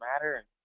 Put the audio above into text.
matter